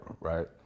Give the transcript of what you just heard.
right